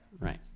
right